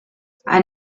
ein